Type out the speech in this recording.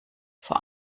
vor